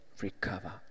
Recover